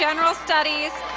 general studies,